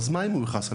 אז מה עם הוא יכעס?